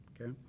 okay